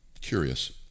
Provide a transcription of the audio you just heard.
curious